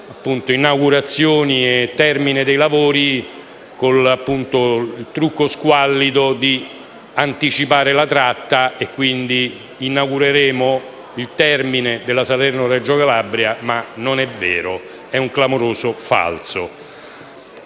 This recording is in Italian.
l'inaugurazione e il termine dei lavori con il trucco squallido di anticipare la fine della tratta. Quindi inaugureremo il termine della Salerno-Reggio Calabria, ma non è vero: è un clamoroso falso.